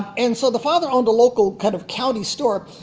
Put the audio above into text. and so the father owned the local kind of county store.